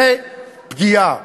זו פגיעה.